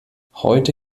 heute